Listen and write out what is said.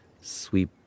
sweep